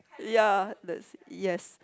ya thus yes